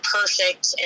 perfect